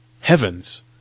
Heavens